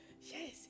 Yes